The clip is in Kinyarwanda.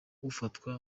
ufatwa